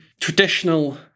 traditional